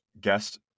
guest